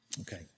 Okay